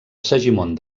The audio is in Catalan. segimon